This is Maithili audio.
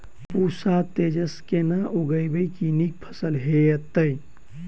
पूसा तेजस केना उगैबे की नीक फसल हेतइ?